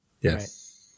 Yes